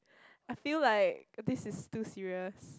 I feel like this is too serious